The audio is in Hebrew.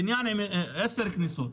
נניח ויש בניין של חמש, שלוש, עשר כניסות,